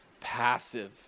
passive